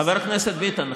חבר הכנסת ביטן,